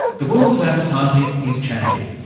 the world of advertising is changing,